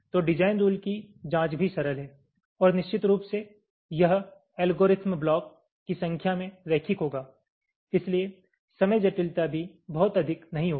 तो design rule की जाँच भी सरल है और निश्चित रूप से यह एल्गोरिथ्म ब्लॉक की संख्या में रैखिक होगा इसलिए समय जटिलता भी बहुत अधिक नहीं होगी